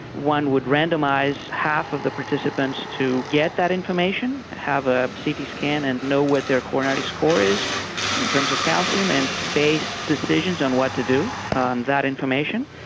one would randomise half of the participants to get that information, have a ct scan and know what their coronary score is in terms of calcium and base decisions on what to do on that information.